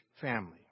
family